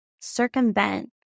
circumvent